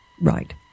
Right